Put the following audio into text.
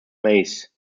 maize